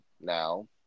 now